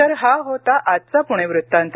तर हा होता आजचा पुणे वृत्तांत